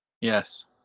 Yes